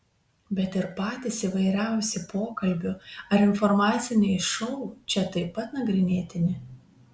bet ir patys įvairiausi pokalbių ar informaciniai šou čia taip pat nagrinėtini